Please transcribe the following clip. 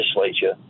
legislature